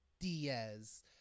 diaz